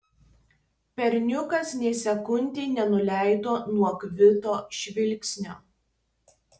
berniukas nė sekundei nenuleido nuo gvido žvilgsnio